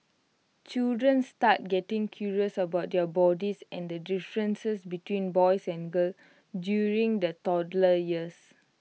children start getting curious about their bodies and the differences between boys and girls during the toddler years